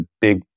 big